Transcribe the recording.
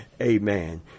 Amen